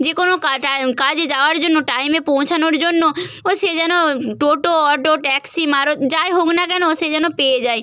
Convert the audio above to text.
যে কোনও কাজে যাওয়ার জন্য টাইমে পৌঁছনোর জন্য ও সে যেন টোটো অটো ট্যাক্সি যাই হোক না কেন সে যেন পেয়ে যায়